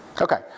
Okay